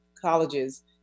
colleges